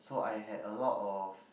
so I had a lot of